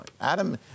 Adam